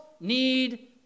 need